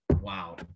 wow